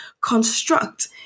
construct